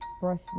brush